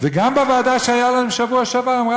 וגם בישיבה שהייתה להם בשבוע שעבר אמרה